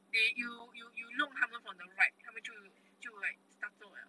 they you you you 弄它们 from the right 它们就就 startle liao